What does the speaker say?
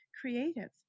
creative